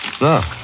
Look